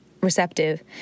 receptive